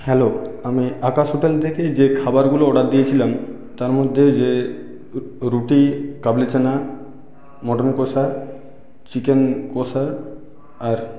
hello আমি Akash hotel থেকে যে খাবারগুলো অর্ডার দিয়েছিলাম তার মধ্যে যে রুটি কাবলি চানা মটন কষা চিকেন কষা আর